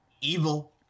Evil